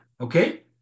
okay